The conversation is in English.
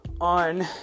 on